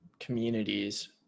communities